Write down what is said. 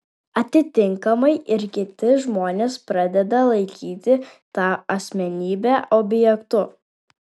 atitinkamai ir kiti žmonės pradeda laikyti tą asmenybę objektu